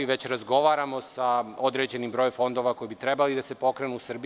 Već razgovaramo sa određenim brojem fondova koji bi trebalo da se pokrenu u Srbiji.